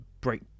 break